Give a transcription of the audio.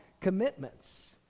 commitments